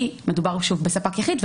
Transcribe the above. כי מדובר בספק יחיד,